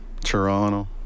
Toronto